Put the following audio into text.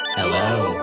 Hello